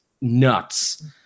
nuts